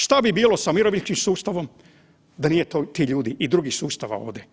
Šta bi bilo sa mirovinskim sustavom da nije tih ljudi i drugih sustava ovdje?